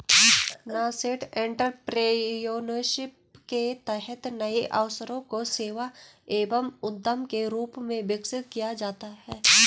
nascent entrepreneurship के तहत नए अवसरों को सेवा एवं उद्यम के रूप में विकसित किया जाता है